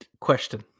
question